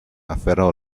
afferrò